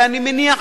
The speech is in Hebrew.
ואני מניח,